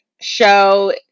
show